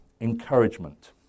encouragement